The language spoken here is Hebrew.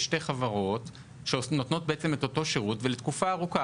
שתי חברות שנותנות בעצם את אותו שירות ולתקופה ארוכה,